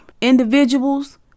Individuals